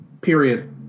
period